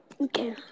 Okay